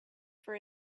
for